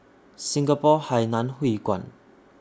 Singapore Hainan Hwee Kuan